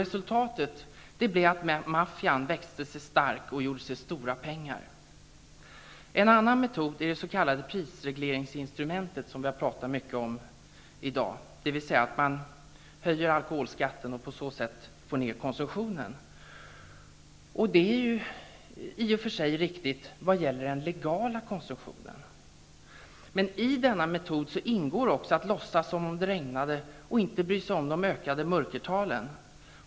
Resultatet blev emellertid att maffian växte sig stark och gjorde sig stora pengar. En annan metod är det s.k. prisregleringsinstrumentet, dvs. att höja alkoholskatten för att på så sätt få ned alkoholkonsumtionen. Det synsättet stämmer i vad gäller den legala konsumtionen. I denna metod ingår emellertid också att låtsas som om det regnade och att inte bry sig om de ökande mörkertalen.